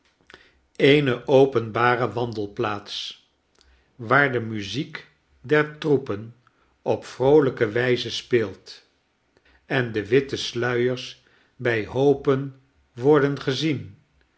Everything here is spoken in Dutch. eene openbare wandelplaats waar de muziek der troepen op vroolijke wijzespeelt ende wittesluiers bij hoopen worden gezien